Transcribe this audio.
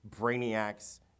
Brainiac's